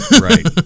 Right